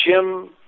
Jim